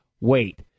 Wait